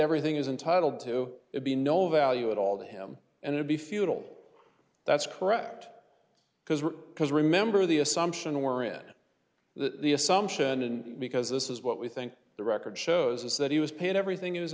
everything is entitled to be no value at all to him and would be futile that's correct because we're because remember the assumption we're in the assumption and because this is what we think the record shows is that he was paid everything is